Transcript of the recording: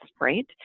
right